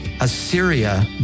Assyria